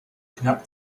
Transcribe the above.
knapp